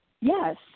Yes